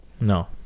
No